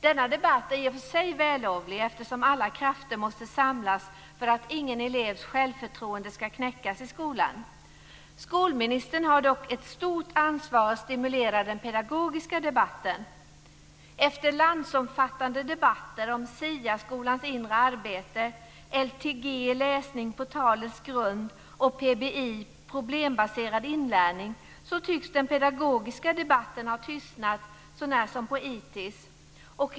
Denna debatt är i sig vällovlig, eftersom alla krafter måste samlas för att ingen elevs självförtroende ska knäckas i skolan. Skolministern har dock ett stort ansvar för att stimulera den pedagogiska debatten. Efter landsomfattande debatter om SIA, skolans inre arbete, LTG, läsning på talets grund, och PBI, problembaserad inlärning, tycks den pedagogiska debatten ha tystnat så när som på det som avser "ITis".